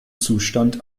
zustand